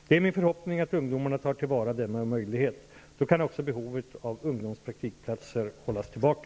Det är min förhoppning att ungdomarna tar till vara denna möjlighet. Då kan också behovet av ungdomspraktikplatser hållas tillbaka.